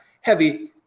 heavy